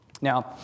Now